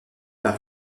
par